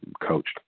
coached